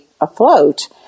afloat